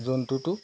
জন্তুতো